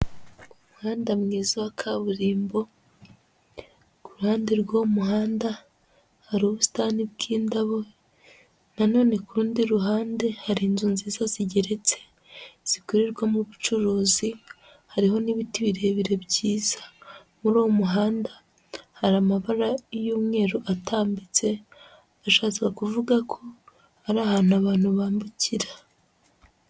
Umuhanda mwiza wa kaburimbo, ku ruhande rw'uwo muhanda hari ubusitani bw'indabo, na none kurundi ruhande hari inzu nziza zigereti zikorerwamo ubucuruzi, hariho n'ibiti birebire byiza, muri uwo muhanda hari amabaray'umweru atambitse ashaka kuvuga ko ari ahantu abantu bambukira.